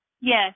Yes